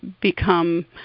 become